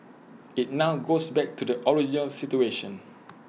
IT now goes back to the original situation